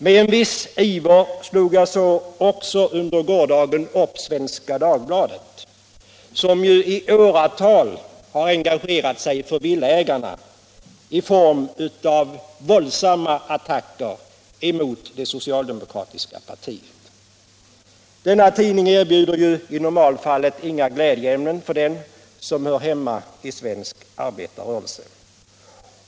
Med en viss iver slog jag så under gårdagen upp Svenska Dagbladet, som i åratal har engagerat sig för villaägarna i form av våldsamma attacker mot det socialdemokratiska partiet. Denna tidning erbjuder i normalfallet inga glädjeämnen för den som hör hemma i svensk arbetarrörelse.